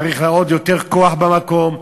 צריך להראות יותר כוח במקום.